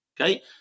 Okay